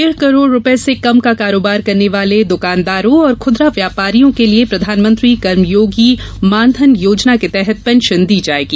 डेढ करोड़ रूपये से कम का कारोबार करने वाले दुकानदारों और खुदरा व्यापारियों के लिए प्रधानमंत्री कर्मयोगी मानधन योजना के तहत पेंशन दी जायेगी